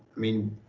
i mean,